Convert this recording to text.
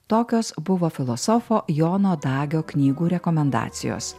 tokios buvo filosofo jono dagio knygų rekomendacijos